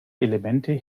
elemente